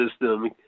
system